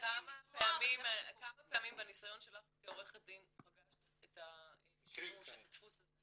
כמה פעמים בניסיון שלך כעורכת דין פגשת את הדפוס הזה?